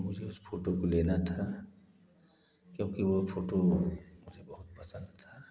मुझे उस फोटो को लेना था क्योंकि वह फोटो मुझे बहुत पसंद था